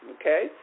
Okay